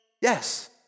yes